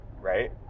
right